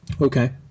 Okay